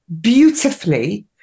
beautifully